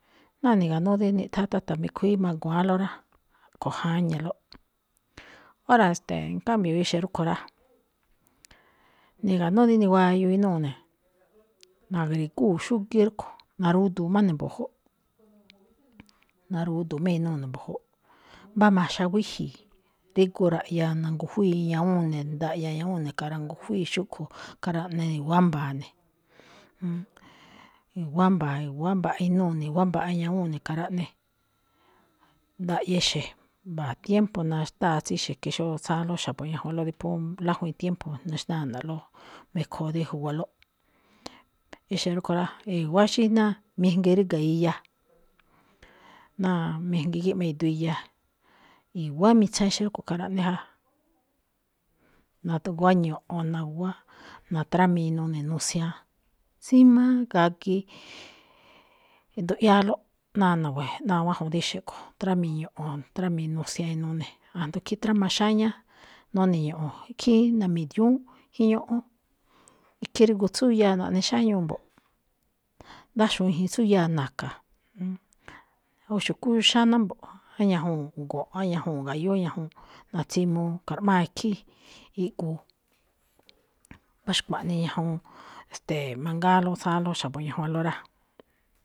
Náa ni̱ga̱nú dí niꞌthán táta̱ mikhuíí magua̱ánꞌlóꞌ rá, kho̱ jáñalóꞌ. Óra̱, ste̱e̱, en camio exe̱ rúꞌkho̱ rá, ni̱ga̱nú dí niwayuu inúu ne̱, ma̱gri̱gúu xúgíí rúꞌkho̱, narudu̱u má ne̱ mbu̱júꞌ, narudu̱u má inúu ne̱ mbu̱júꞌ, mbá maxa wíji̱i̱, rígu raꞌya nangujwíi ñajwúun ne, ndaꞌya ñawúun ne̱ karangujwíi xúꞌkho̱, ka̱raꞌne ne̱ i̱wa̱á mba̱a̱ ne̱. i̱wa̱á mba̱a̱, i̱wa̱á mbaꞌa inúu ne̱, i̱wa̱á mbaꞌa ñawúun ne̱ ka̱raꞌne. Ndaꞌya exe̱, mba̱a̱ tiempo naxtáa̱ tsí exe̱ ke xóo tsáánlóꞌ xa̱bo̱ ñajwanlóꞌ dí phú lájwíin tiempo naxná ana̱ꞌlóꞌ ekhoo dí juwalóꞌ. Exe̱ rúꞌkho̱ rá, i̱wa̱á xí náa mijngi ríga̱ iya, náa mijngi gíꞌma iduu iya, i̱wa̱á mitsaan exe̱ rúꞌkho̱ ka̱raꞌne ja. Natuguáá ño̱ꞌo̱n, naguwá, natrámii inuu ne̱ nusian, tsímáá gagi nduꞌyáálóꞌ náa na̱we̱je̱, náa wájun dí exe̱ kho̱, trámii ño̱ꞌo̱n, trámii nusian inuu ne̱. A̱jndo ikhí tráma xáñá none̱ ño̱ꞌo̱. Khín na̱mi̱diu̱ún jíñóꞌón. Ikhín rígu tsúyáa naꞌne xáñúu mbo̱ꞌ, ndáxu̱un i̱ji̱i̱n tsúyáa na̱ka̱ o xu̱kú xáná mbo̱ꞌ, á ñajuu̱n go̱nꞌ, á ñajuu̱n ga̱yú, á ñajuu̱n, natsimuu kra̱ꞌmáa ikhín rígu. Mbá xkuaꞌnii ñajuun, ste̱e̱, mangáánlóꞌ tsáánló xa̱bo̱ ñajwanló rá.